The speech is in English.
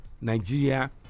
Nigeria